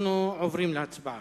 אנחנו עוברים להצבעה.